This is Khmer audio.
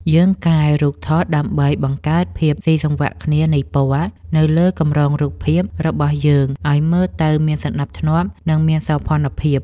យើងកែរូបថតដើម្បីបង្កើតភាពស៊ីសង្វាក់គ្នានៃពណ៌ នៅលើកម្រងរូបភាព របស់យើងឱ្យមើលទៅមានសណ្ដាប់ធ្នាប់ និងមានសោភ័ណភាព។